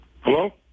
Hello